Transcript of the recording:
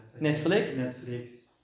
Netflix